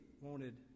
wanted